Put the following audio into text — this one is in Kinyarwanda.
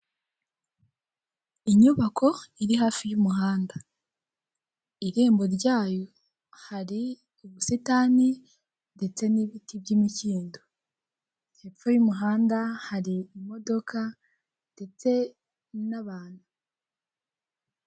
Inyubako iri hafi y'umuhanda irembo ryayo hari ubusitani ndetse n'ibiti by'imikindo, hepfo y'umuhanda hari imodoka ndetse n'abantu.